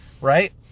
right